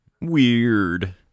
Weird